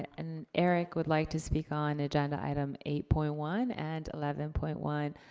and, erik would like to speak on agenda item eight point one and eleven point one.